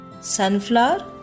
Sunflower